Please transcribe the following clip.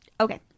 Okay